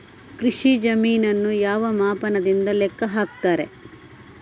ಕೃಷಿ ಜಮೀನನ್ನು ಯಾವ ಮಾಪನದಿಂದ ಲೆಕ್ಕ ಹಾಕ್ತರೆ?